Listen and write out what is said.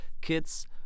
kids